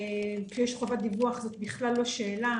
כשיש חובת דיווח, זאת בכלל לא שאלה.